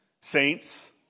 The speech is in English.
saints